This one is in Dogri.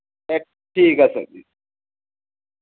ए ठीक ऐ सिरजी